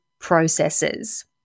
processes